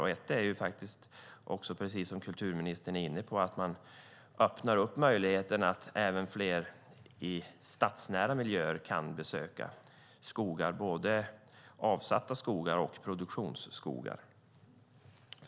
Ett sätt är att, precis som kulturministern är inne på, öppna möjligheterna för fler i stadsnära miljöer att besöka skogar. Det handlar då både om avsatta skogar och om produktionsskogar.